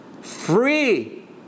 free